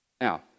Now